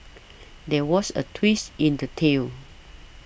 there was a twist in the tale